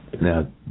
Now